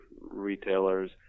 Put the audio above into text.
retailers